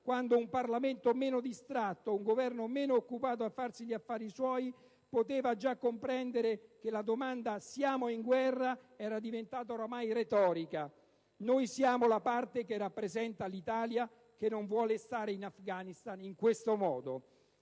quando un Parlamento meno distratto e un Governo meno occupato a farsi gli affari suoi potevano già comprendere che la frase «siamo in guerra» era diventata ormai retorica. Noi siamo la parte che rappresenta l'Italia che non vuole stare in Afghanistan in questo modo.